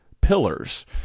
pillars